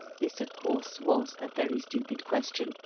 this of course was a very stupid question,